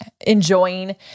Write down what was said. enjoying